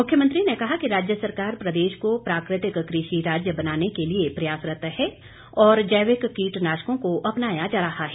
मुख्यमंत्री ने कहा कि राज्य सरकार प्रदेश को प्राकृतिक कृषि राज्य बनाने के लिए प्रयासरत है और जैविक कीटनाशकों को अपनाया जा रहा है